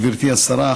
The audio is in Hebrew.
גברתי השרה,